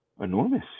Enormous